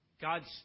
God's